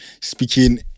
speaking